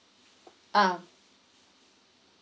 ah